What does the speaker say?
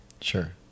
Sure